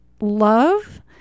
love